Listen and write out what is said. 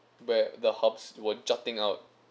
where the hubs were jutting out